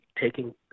taking